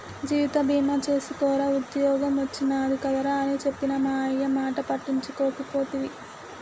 జీవిత బీమ సేసుకోరా ఉద్ద్యోగం ఒచ్చినాది కదరా అని చెప్పిన మా అయ్యమాట పట్టించుకోకపోతి